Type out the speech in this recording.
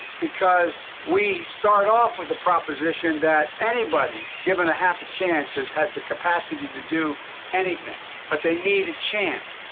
because we start off with the proposition that anybody given a half a chance has has the capacity to do anything. but they need a chance.